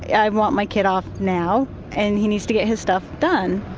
i want my kid off now and he needs to get his stuff done.